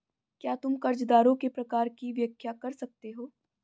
क्या तुम कर्जदारों के प्रकार की व्याख्या कर सकते हो?